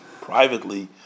privately